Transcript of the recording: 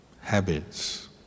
habits